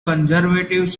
conservatives